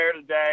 today